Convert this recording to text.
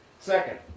Second